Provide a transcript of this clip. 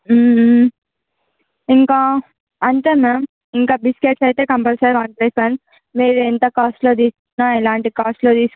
ఇంకా అంతే మ్యామ్ ఇంకా బిస్కట్స్ అయితే కంపల్సరీ వన్ ప్లస్ వన్ మీరు ఎంత కాస్ట్లో తీసుకున్నా ఎలాంటి కాస్ట్లో తీసుకున్నా